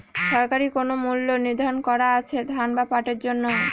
সরকারি কোন মূল্য নিধারন করা আছে ধান বা পাটের জন্য?